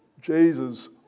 Jesus